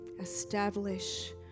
Establish